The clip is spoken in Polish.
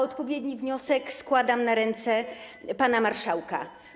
Odpowiedni wniosek składam na ręce pana marszałka.